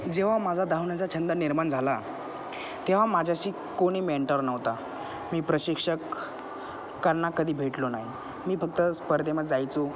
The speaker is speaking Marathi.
जेव्हा माझा धावण्याचा छंद निर्माण झाला तेव्हा माझ्याशी कोणी मेंटॉर नव्हता मी प्रशिक्षक करता कधी भेटलो नाही मी फक्त स्पर्धेमध्ये जायचो